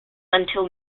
until